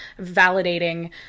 validating